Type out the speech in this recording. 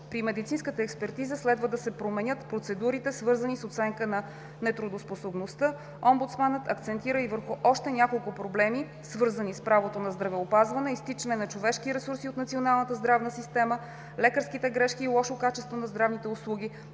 При медицинската експертиза следва да се променят процедурите, свързани с оценката на нетрудоспособността. Омбудсманът акцентира и върху още няколко проблеми, свързани с правото на здравеопазване: изтичане на човешки ресурси от националната здравна система, лекарските грешки и лошо качество на здравните услуги,